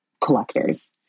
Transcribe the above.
collectors